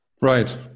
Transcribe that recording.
right